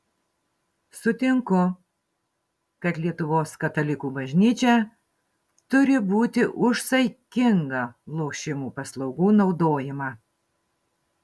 sutinku kad lietuvos katalikų bažnyčia turi būti už saikingą lošimų paslaugų naudojimą